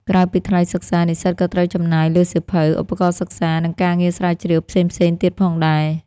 ក្រៅពីថ្លៃសិក្សា និស្សិតក៏ត្រូវចំណាយលើសៀវភៅ ឧបករណ៍សិក្សា និងការងារស្រាវជ្រាវផ្សេងៗទៀតផងដែរ។